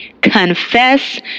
Confess